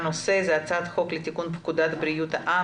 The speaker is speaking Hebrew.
על סדר היום הצעת חוק לתיקון פקודת בריאות העם